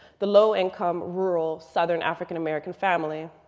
the low income, rural, southern african american family.